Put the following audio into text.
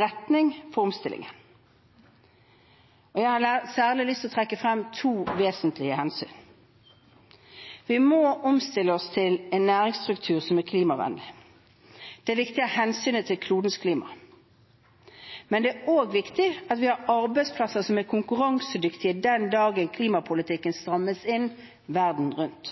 retning for omstillingen, og jeg har særlig lyst til å trekke frem to vesentlige hensyn. Vi må omstille oss til en næringsstruktur som er klimavennlig. Det er viktig av hensyn til klodens klima. Men det er også viktig at vi har arbeidsplasser som er konkurransedyktige den dagen klimapolitikken strammes inn verden rundt.